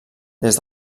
des